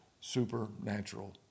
supernatural